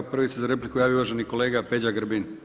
Prvi se za repliku javio uvaženi kolega Peđa Grbin.